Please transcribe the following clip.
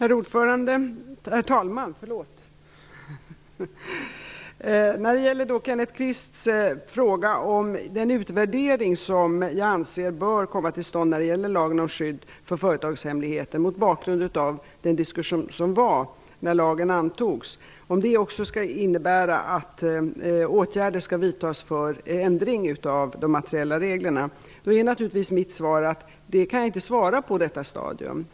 Herr talman! Kenneth Kvist frågade med anledning av den utvärdering som jag anser bör komma till stånd mot bakgrund av den diskussion som fördes när lagen om skydd för företagshemligheter antogs om det också skall innebära att åtgärder skall vidtas för ändring av de materiella reglerna. Mitt besked är naturligtvis att jag inte kan svara på det i detta stadium.